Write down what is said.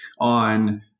on